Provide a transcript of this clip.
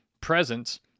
presence